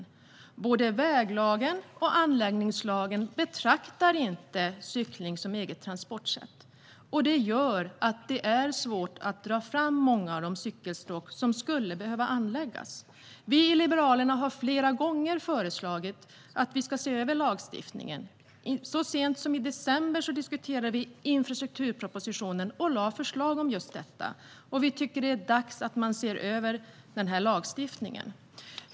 I varken väglagen eller anläggningslagen betraktas cykling som ett eget transportsätt. Det gör att det är svårt att dra fram många av de cykelstråk som skulle behöva anläggas. Vi i Liberalerna har flera gånger föreslagit att vi ska se över lagstiftningen. Så sent som i december diskuterade vi infrastrukturpropositionen och lade fram förslag om just detta. Vi tycker att det är dags att man ser över lagstiftningen.